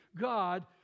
God